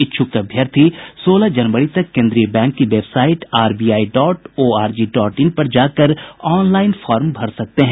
इच्छुक अभ्यर्थी सोलह जनवरी तक केन्द्रीय बैंक की website RBI dot org dot in पर जाकर ऑनलाईन फार्म भर सकते हैं